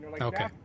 Okay